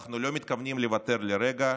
אנחנו לא מתכוונים לוותר לרגע.